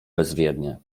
bezwiednie